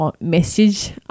Message